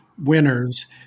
winners